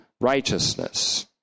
righteousness